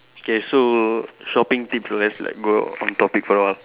okay so shopping tips let's like go off topic for a while